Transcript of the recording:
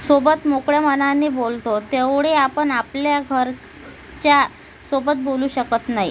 सोबत मोकळ्या मनाने बोलतो तेवढे आपण आपल्या घरच्यासोबत बोलू शकत नाही